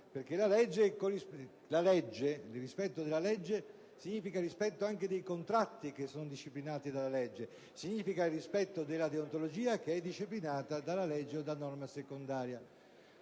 perché rispetto della legge significa rispetto anche dei contratti da essa disciplinati, nonché rispetto della deontologia, che è disciplinata dalla legge o da norma secondaria.